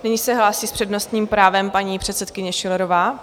Nyní se hlásí s přednostním právem paní předsedkyně Schillerová.